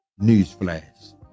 newsflash